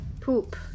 Poop